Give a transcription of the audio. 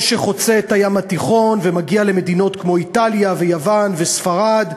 או שחוצה את הים התיכון ומגיע למדינות כמו איטליה ויוון וספרד,